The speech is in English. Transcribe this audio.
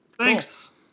thanks